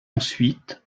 ensuite